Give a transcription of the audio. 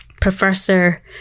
professor